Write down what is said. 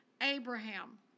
Abraham